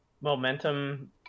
momentum